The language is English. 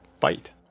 fight